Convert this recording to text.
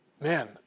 man